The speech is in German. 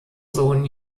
sohn